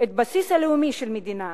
את הבסיס הלאומי של המדינה,